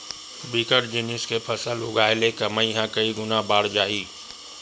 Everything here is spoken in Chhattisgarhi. बिकट जिनिस के फसल उगाय ले कमई ह कइ गुना बाड़ जाही